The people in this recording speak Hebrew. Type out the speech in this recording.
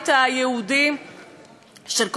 של כל היהודים והיהודיות בעולם.